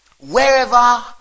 Wherever